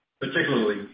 particularly